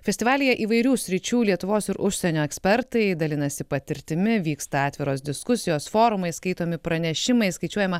festivalyje įvairių sričių lietuvos ir užsienio ekspertai dalinasi patirtimi vyksta atviros diskusijos forumai skaitomi pranešimai skaičiuojama